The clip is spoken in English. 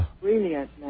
brilliant